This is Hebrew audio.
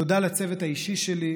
תודה לצוות האישי שלי,